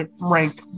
rank